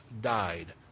died